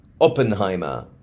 Oppenheimer